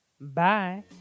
Bye